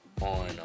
on